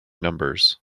numbers